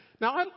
Now